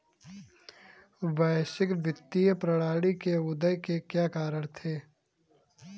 वैश्विक वित्तीय प्रणाली के उदय के क्या कारण थे?